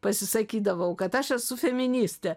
pasisakydavau kad aš esu feministė